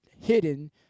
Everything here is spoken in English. hidden